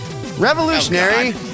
Revolutionary